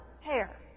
hair